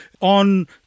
On